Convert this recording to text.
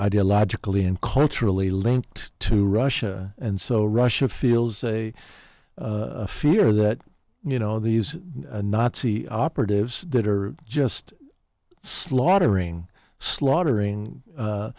ideologically and culturally linked to russia and so russia feels a fear that you know these nazi operatives that are just slaughtering slaughtering